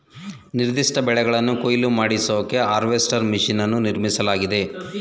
ನಿರ್ದಿಷ್ಟ ಬೆಳೆಗಳನ್ನು ಕೊಯ್ಲು ಮಾಡಿಸೋಕೆ ಹಾರ್ವೆಸ್ಟರ್ ಮೆಷಿನ್ ಅನ್ನು ನಿರ್ಮಿಸಲಾಗಿದೆ